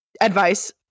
advice